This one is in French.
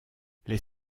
les